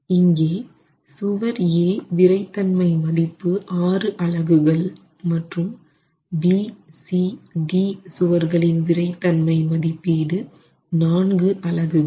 இங்கே சுவர் A விறைத்தன்மை மதிப்பு 6 அலகுகள் மற்றும் BC D சுவர்களின் விறைத்தன்மை மதிப்பீடு 4 அலகுகள்